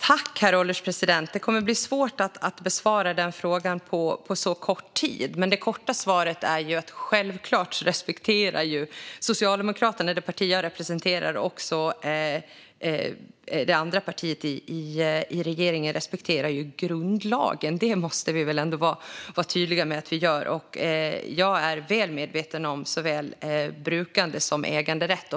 Herr ålderspresident! Det kommer att bli svårt att besvara frågan på så kort tid. Det korta svaret är att självklart respekterar Socialdemokraterna, det parti jag representerar, och även det andra partiet i regeringen, grundlagen. Det måste vi vara tydliga med. Jag är väl medveten om såväl brukande som äganderätt.